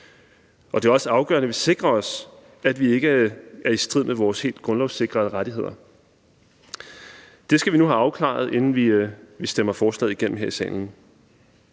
Og det er også afgørende, at vi sikrer os, at vi ikke er i strid med vores helt grundlovssikrede rettigheder. Det skal vi nu have afklaret, inden vi stemmer forslaget igennem her i salen.